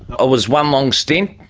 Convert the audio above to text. ah was one long stint,